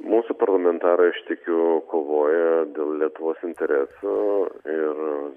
mūsų parlamentarai aš tikiu kovoja dėl lietuvos interesų ir